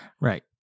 Right